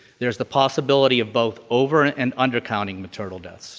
there's the possibility of both over and undercounting maternal deaths